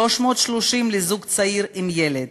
330 לזוג צעיר עם ילד,